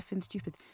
stupid